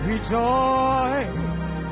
Rejoice